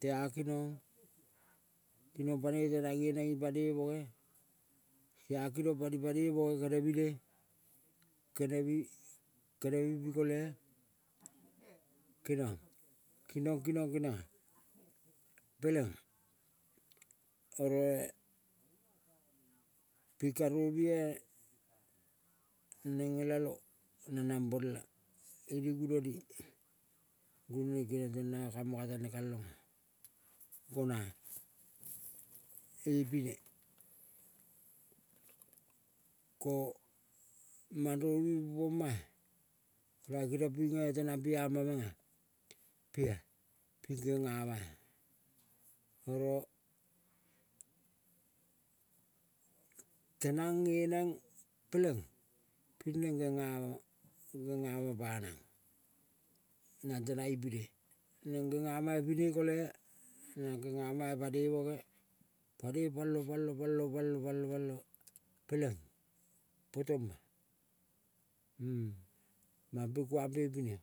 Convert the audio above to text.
teakinong, kinong panoi tenang nge neng pane boge tea kinong pani pane boge kenemine. Kenemi kenemi pi. kole kenonga, kinong kinong kenianga peleng oroe pi karovue neng ngelalo na nang bola ini gunoni. Gunoni keniong tong nanga kamangka tange kalonga gona ipine ko mandrovi poma ma nanga keniong pinge tenang piama menga ping kengama-a oro tenang nge neng peleng pinge neng genga, genga ma panang. Nang tenang ipine. Neng gengama ipine kole nang kengama pane boge, panoi palo, palo, palo, palo, palo peleng potoma mampe kuang pe pine.